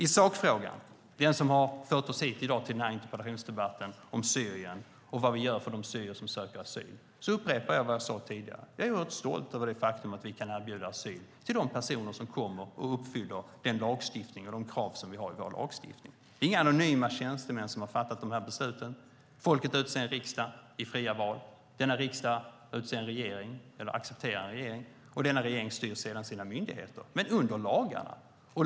I sakfrågan, som har fört oss hit i dag till denna interpellationsdebatt om Syrien och vad vi gör för de syrier som söker asyl, upprepar jag vad jag sade tidigare. Jag är oerhört stolt över det faktum att vi kan erbjuda asyl till de personer som kommer och uppfyller de krav som vi har i vår lagstiftning. Det är inga anonyma tjänstemän som har fattat de här besluten. Folket utser en riksdag i fria val. Denna riksdag accepterar en regering, och denna regering styr sedan sina myndigheter i enlighet med lagarna.